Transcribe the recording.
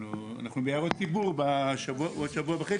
אבל אנחנו בהערות ציבור עוד שבוע וחצי.